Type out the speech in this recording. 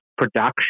production